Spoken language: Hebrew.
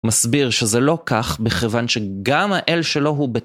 מסביר שזה לא כך, בכיוון שגם האל שלו הוא ב...